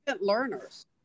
learners